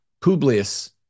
Publius